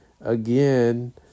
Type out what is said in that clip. again